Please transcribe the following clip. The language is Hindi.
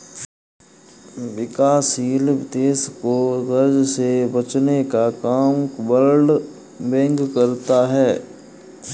विकासशील देश को कर्ज से बचने का काम वर्ल्ड बैंक करता है